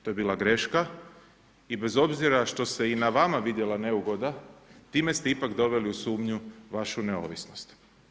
To je bila greška i bez obzira što se na vama vidjela neugoda, time ste ipak doveli u sumnju vašu neovisnost.